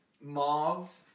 mauve